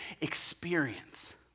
experience